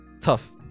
tough